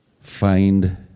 find